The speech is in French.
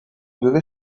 devait